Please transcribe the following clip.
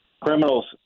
criminals